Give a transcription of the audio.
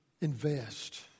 Invest